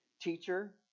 Teacher